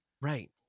right